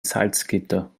salzgitter